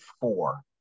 four